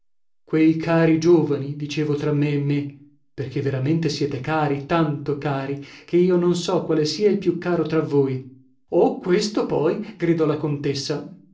quei cari giovani dicevo tra me e me perchè veramente siete cari tanto cari che io non so quale sia il più caro tra voi oh questo poi gridò la contessa